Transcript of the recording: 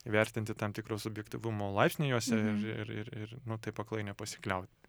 įvertinti tam tikro subjektyvumo laipsnį juose ir ir ir ir nu taip aklai nepasikliaut